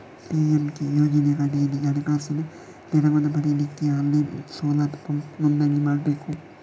PMK ಯೋಜನೆಯ ಅಡಿಯಲ್ಲಿ ಹಣಕಾಸಿನ ನೆರವನ್ನ ಪಡೀಲಿಕ್ಕೆ ಆನ್ಲೈನ್ ಸೋಲಾರ್ ಪಂಪ್ ನೋಂದಣಿ ಮಾಡ್ಬೇಕು